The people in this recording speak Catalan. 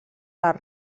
les